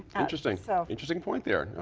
interesting so interesting point there.